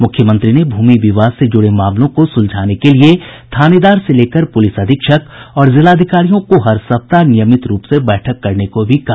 मुख्यमंत्री ने भूमि विवाद से जुड़े मामलों को सुलझाने के लिए थानेदार से लेकर पुलिस अधीक्षक और जिलाधिकारियों को हर सप्ताह नियमित रूप से बैठक करने को भी कहा